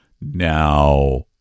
Now